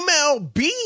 MLB